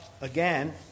again